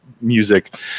music